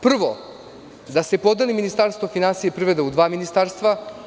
Prvo, da se podeli Ministarstvo finansija i privrede u dva ministarstva.